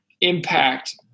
impact